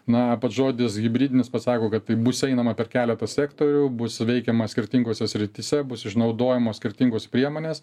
na pats žodis hibridinis pasako kad tai bus einama per keletą sektorių bus veikiama skirtingose srityse bus išnaudojamos skirtingos priemonės